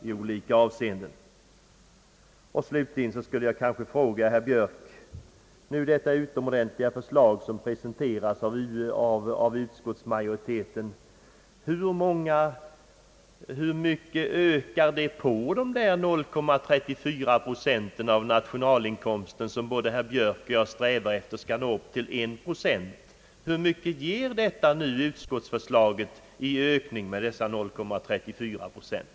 Slutligen skulle jag vilja ställa en fråga till herr Björk: Hur mycket ökar det utomordentliga förslag, som presenteras från utskottsmajoriteten, på de 0,34 procent av nationalinkomsten som både herr Björk och jag strävar efter skall nå upp till 1 procent? Hur mycket ger utskottsförslaget i ökningen av dessa 0,34 procent?